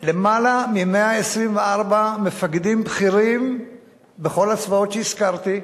למעלה מ-124 מפקדים בכירים יהודים בכל הצבאות שהזכרתי,